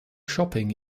shopping